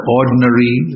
ordinary